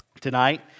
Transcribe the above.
tonight